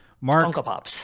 Mark